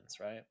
right